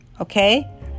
okay